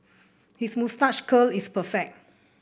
his moustache curl is perfect